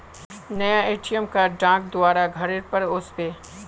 नया ATM card डाक द्वारा घरेर पर ओस बे